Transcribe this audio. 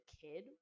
kid